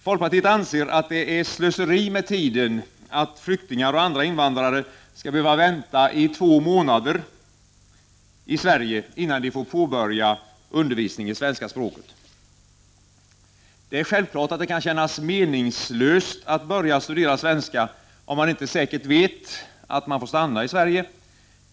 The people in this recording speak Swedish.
Folkpartiet anser, att det är slöseri med tiden att flyktingar och andra invandrare skall behöva vänta i två månader i Sverige innan de får påbörja undervisning i svenska språket. Det är självklart att det kan kännas meningslöst att börja studera svenska, om man inte vet säkert att man får stanna i Sverige.